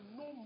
no